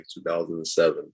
2007